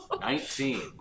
Nineteen